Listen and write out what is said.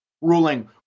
ruling